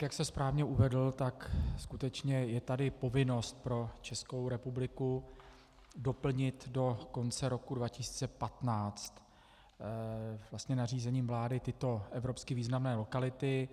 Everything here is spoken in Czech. Jak jste správně uvedl, skutečně je tady povinnost pro Českou republiku doplnit do konce roku 2015 nařízením vlády tyto evropsky významné lokality.